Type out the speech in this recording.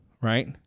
right